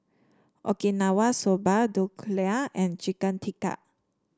Okinawa Soba Dhokla and Chicken Tikka